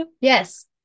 yes